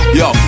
yo